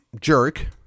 jerk